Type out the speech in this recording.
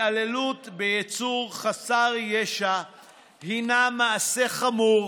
התעללות ביצור חסר ישע היא מעשה חמור,